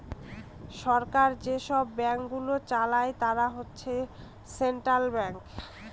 সরকার যেসব ব্যাঙ্কগুলো চালায় তারা হচ্ছে সেন্ট্রাল ব্যাঙ্কস